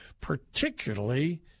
particularly